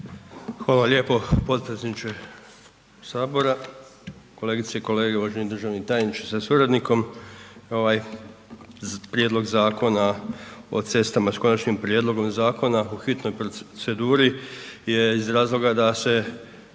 Hvala lijepo potpredsjedniče sabora. Kolegice i kolege, uvaženi državni tajniče sa suradnikom, ovaj prijedlog Zakona o cestama s konačnim prijedlogom zakona po hitnoj proceduri je iz razloga da se